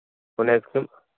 cone ice cream